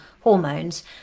hormones